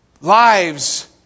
lives